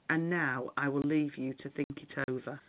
and now i will leave you to think it over.